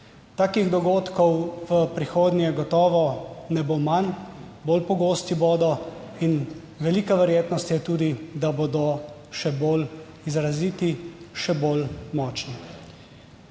Takih dogodkov v prihodnje gotovo ne bo manj; bolj pogosti bodo in velika verjetnost je tudi, da bodo še bolj izraziti, še bolj močni.